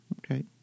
Okay